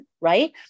right